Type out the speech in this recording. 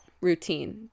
routine